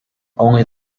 only